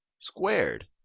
squared